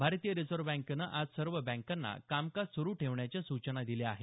भारतीय रिझर्व्ह बँकेनं आज सर्व बँकांना कामकाज सुरू ठेवण्याच्या सूचना दिल्या आहेत